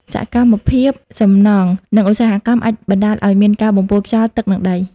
សកម្មភាពសំណង់ និងឧស្សាហកម្មអាចបណ្ដាលឲ្យមានការបំពុលខ្យល់ ទឹក និងដី។